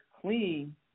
clean